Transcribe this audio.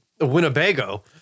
Winnebago